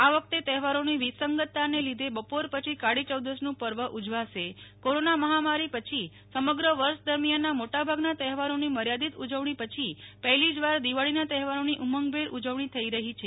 આ વખતે તહેવારોની વિસંગતતાને લીધે બપોર પછી કાળી યૌદસનું પર્વ ઉજવાશે કોરોના મહામારી પછી સમગ્ર વર્ષ દરમિયાનના મોટાભાગના તહેવારોની મર્યાદિત ઉજવણી પછી પહેલી જ વાર દિવાળીના તહેવારોની ઉમંગલેર ઉજવણી થઈ રહી છે